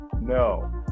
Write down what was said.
No